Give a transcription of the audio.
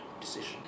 decision